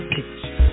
Picture